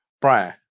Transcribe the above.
Brian